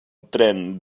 tren